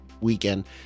weekend